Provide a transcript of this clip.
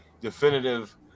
definitive